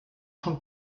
són